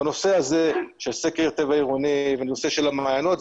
בנושא הזה של סקר טבע עירוני ובנושא של המעיינות.